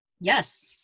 Yes